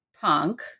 punk